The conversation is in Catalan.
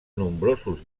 nombrosos